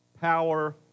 power